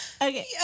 Okay